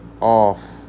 off